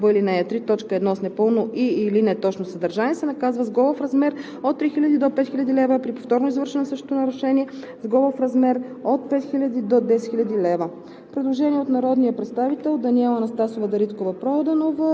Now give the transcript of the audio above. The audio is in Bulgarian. Чл. 284ж. Който предостави информация по чл. 217б, ал. 3, т. 1 с непълно и/или неточно съдържание, се наказва с глоба в размер от 3000 до 5000 лв., а при повторно извършване на същото нарушение – с глоба в размер от 5000 до 10 000 лв.“